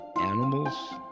animals